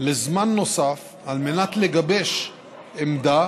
לזמן נוסף, על מנת לגבש עמדה